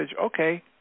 okay